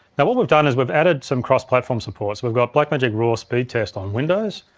now what we've done is we've added some cross-platform support we've got blackmagic raw speed test on windows,